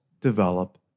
develop